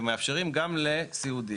הם מאפשרים גם לסיעודי.